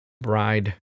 Bride